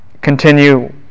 Continue